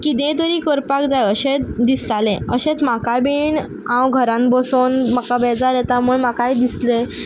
किदेंय तरी करपाक जाय अशें दिसतालें अशेंच म्हाका बीन हांव घरान बसून म्हाका बेजार येता म्हूण म्हाकाय दिसलें